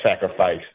sacrifice